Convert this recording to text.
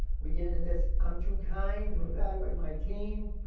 we get into this i'm too kind to evaluate my team.